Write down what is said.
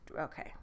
okay